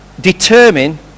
determine